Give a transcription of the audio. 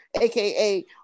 AKA